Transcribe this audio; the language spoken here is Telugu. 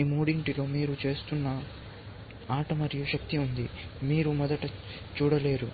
ఈ మూడింటిలో మీరు చూస్తున్న ఆట మరియు శక్తి ఉంది మీరు మొదట చూడలేరు